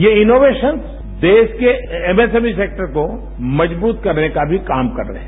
ये इनोवेशन्स देश के M S M E sector को मजबूत करने का भी काम कर रहे है